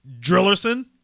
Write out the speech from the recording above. Drillerson